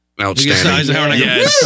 Outstanding